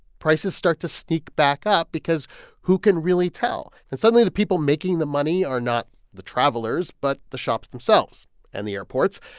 prices start to sneak back up because who can really tell? and suddenly, the people making the money are not the travelers but the shops themselves and the airports,